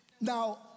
Now